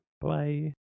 Bye